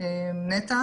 נטע